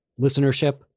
listenership